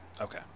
Okay